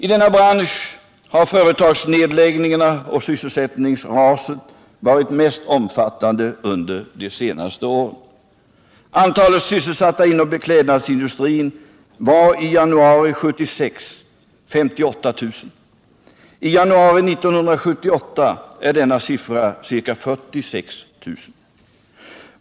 I denna bransch har företagsnedläggningarna och sysselsättningsraset varit mest omfattande under de senaste åren. Antalet sysselsatta inom beklädnadsindustrin var i januari 1976 ca 58 000. I januari 1978 är siffran 46 000.